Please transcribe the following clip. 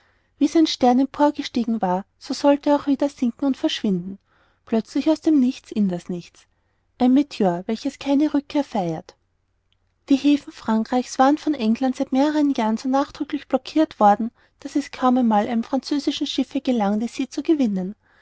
wie sein stern emporgestiegen war so sollte er auch wieder sinken und verschwinden plötzlich aus dem nichts in das nichts ein meteor welches keine rückkehr feiert die häfen frankreich's waren von england seit mehreren jahren so nachdrücklich blockirt worden daß es kaum einmal einem französischen schiffe gelang die see zu gewinnen